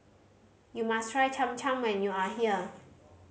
you must try Cham Cham when you are here